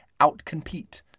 outcompete